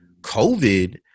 covid